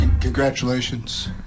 Congratulations